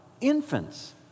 infants